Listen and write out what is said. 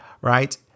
right